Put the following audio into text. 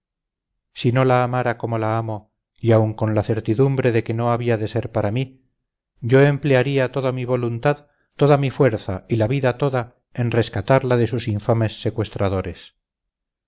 si no la amara como la amo y aun con la certidumbre de que no había de ser para mí yo emplearía toda mi voluntad toda mi fuerza y la vida toda en rescatarla de sus infames secuestradores